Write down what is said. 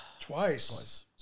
Twice